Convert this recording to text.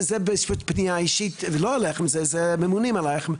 זה פנייה אישית לא לכם אלא לממונים עליך.